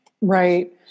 Right